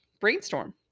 brainstorm